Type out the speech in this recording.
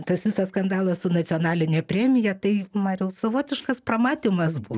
tas visas skandalas su nacionaline premija tai mariau savotiškas pramatymas